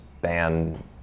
ban